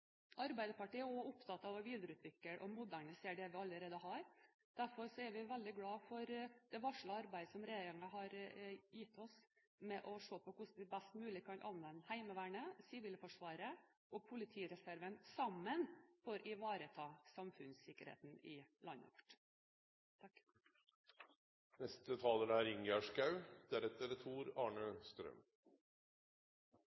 Arbeiderpartiet er også opptatt av å videreutvikle og modernisere det vi allerede har. Derfor er vi veldig glad for regjeringens varslede arbeid, med å se på hvordan vi best mulig kan anvende Heimevernet, Sivilforsvaret og politireserven sammen for å ivareta samfunnssikkerheten i landet vårt.